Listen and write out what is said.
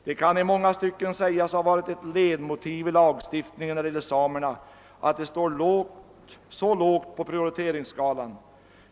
Det kan i många stycken sägas ha varit ett ledmotiv i lagstiftningen, när det gäller samerna, att de står så lågt på prioriteringsskalan.